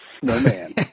snowman